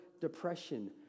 depression